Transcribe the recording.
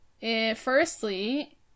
Firstly